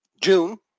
June